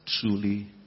truly